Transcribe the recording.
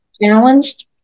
Challenged